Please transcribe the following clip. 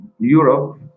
Europe